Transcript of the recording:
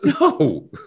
No